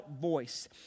voice